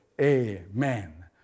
Amen